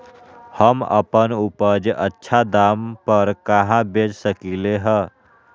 हम अपन उपज अच्छा दाम पर कहाँ बेच सकीले ह?